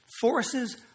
forces